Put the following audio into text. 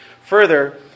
Further